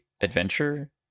adventure